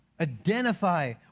Identify